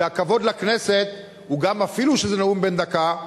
כי הכבוד לכנסת הוא גם אפילו שזה נאום בן-דקה,